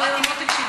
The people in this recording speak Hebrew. בשעה